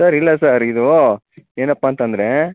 sir ಇಲ್ಲ sir ಇದು ಏನಪ್ಪ ಅಂತಂದರೆ